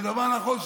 זה דבר נכון,